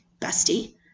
bestie